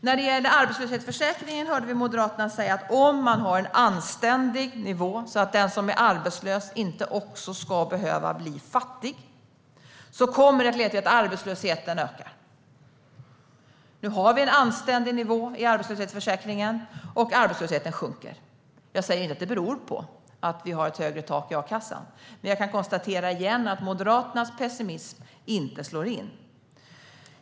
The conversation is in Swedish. När det gäller arbetslöshetsförsäkringen hörde vi Moderaterna säga att om man har en anständig nivå, så att den som är arbetslös inte också ska behöva bli fattig, kommer det att leda till att arbetslösheten ökar. Nu har vi en anständig nivå i arbetslöshetsförsäkringen, och arbetslösheten sjunker. Jag säger inte att det beror på att vi har ett högre tak i a-kassan. Men jag kan åter konstatera att Moderaternas pessimism inte slår in.